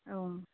औ